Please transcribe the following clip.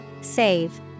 Save